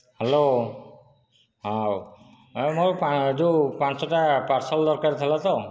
hello ହଁ ମୋର ଯେଉଁ ପାଞ୍ଚଟା ପାର୍ସଲ ଦରକାର ଥିଲା ତ